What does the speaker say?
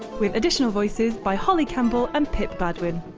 with additional voices by holly campbell and pip gladwin.